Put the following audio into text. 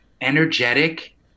Energetic